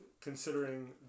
Considering